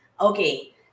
okay